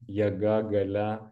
jėga galia